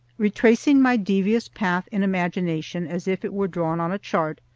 retracing my devious path in imagination as if it were drawn on a chart,